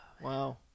Wow